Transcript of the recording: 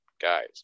guys